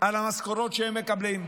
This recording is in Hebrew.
על המשכורות שהם מקבלים,